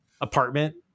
apartment